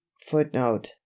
footnote